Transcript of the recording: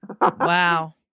Wow